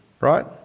right